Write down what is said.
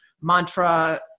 mantra